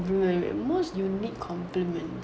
you know most unique compliment